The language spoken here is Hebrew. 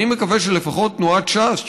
אני מקווה שלפחות תנועת ש"ס,